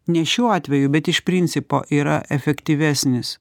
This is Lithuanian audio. ne šiuo atveju bet iš principo yra efektyvesnis